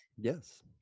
Yes